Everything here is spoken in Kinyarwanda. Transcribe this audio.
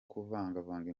kuvangavanga